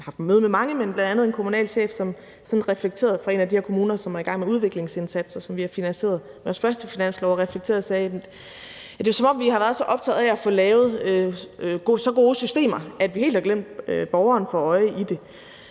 Jeg har haft møde med mange, men bl.a. med en kommunalchef, som reflekterede over en af de her kommuner, som er i gang med udviklingsindsatser, som vi har finansieret i vores første finanslov. Han sagde, at det er, som om vi har været så optaget af at få lavet nogle gode systemer, at vi helt har glemt at have borgeren for øje. Alt